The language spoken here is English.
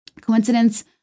Coincidence